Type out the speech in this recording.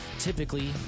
Typically